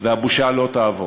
והבושה לא תעבור.